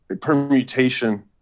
permutation